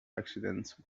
accidents